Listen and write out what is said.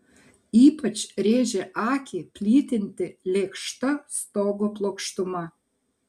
ypač rėžė akį plytinti lėkšta stogo plokštuma